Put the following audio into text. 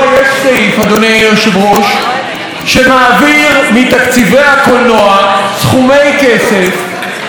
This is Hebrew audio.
שמעביר מתקציבי הקולנוע סכומי כסף למפיקים פרטיים,